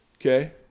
okay